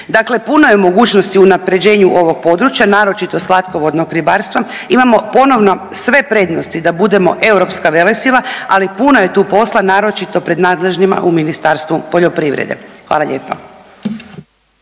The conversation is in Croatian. Dakle, puno je mogućnosti unapređenju ovog područja, naročito slatkovodnog ribarstva, imamo ponovno sve prednosti da budemo europska velesila, ali puno je tu posla naročito pred nadležnima u Ministarstvu poljoprivrede. Hvala lijepa.